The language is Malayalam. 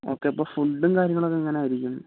ഓക്കെ അപ്പോൾ ഫുഡ്ഡും കാര്യങ്ങളൊക്കെ എങ്ങനെയായിരിക്കും